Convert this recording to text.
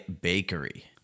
Bakery